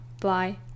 Bye